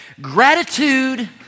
Gratitude